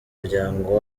muryango